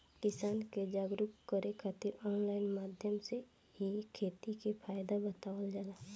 किसान के जागरुक करे खातिर ऑनलाइन माध्यम से इ खेती के फायदा बतावल जाला